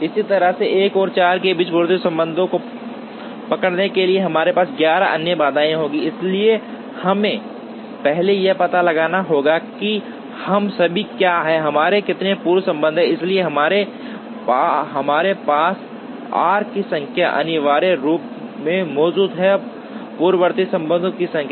इसी तरह 1 और 4 के बीच की पूर्ववर्ती संबंधों को पकड़ने के लिए हमारे पास 11 अन्य बाधाएँ होंगी इसलिए हमें पहले यह पता लगाना होगा कि हम सभी क्या हैं हमारे कितने पूर्व संबंध हैं इसलिए यहाँ हमारे पास आर्क्स की संख्या अनिवार्य रूप से मौजूद है पूर्ववर्ती संबंधों की संख्या